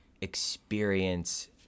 experience